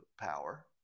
power